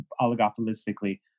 oligopolistically